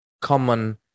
common